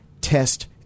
test